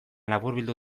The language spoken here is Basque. laburbildu